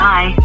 Bye